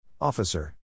Officer